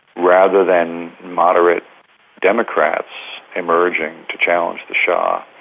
rather than moderate democrats emerging to challenge the shah,